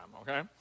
okay